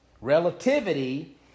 Relativity